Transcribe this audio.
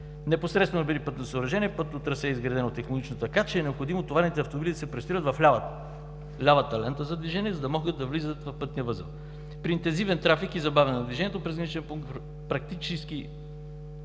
вторият – товарни автомобили. Пътното трасе е изградено технологично така, че е необходимо товарните автомобили да се престрояват в лявата лента за движение, за да могат да влизат в пътния възел. При интензивен трафик и забавяне на движението през граничния пункт практически